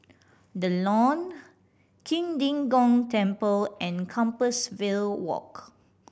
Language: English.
The Lawn Qing De Gong Temple and Compassvale Walk